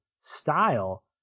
style